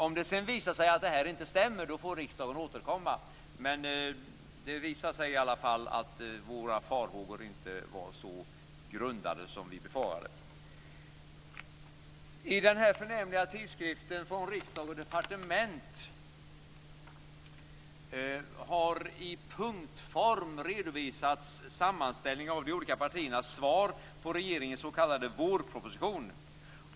Om det sedan visar sig att detta inte stämmer får riksdagen återkomma. Det visade sig i alla fall att våra farhågor inte var så grundade som vi befarade. I den förnämliga tidskriften Från Riksdag & Departement har en sammanställning i punktform redovisats av de olika partiernas svar på regeringens s.k. vårproposition.